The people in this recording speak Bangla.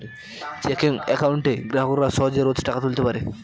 চেকিং একাউন্টে গ্রাহকরা সহজে রোজ টাকা তুলতে পারে